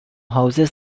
houses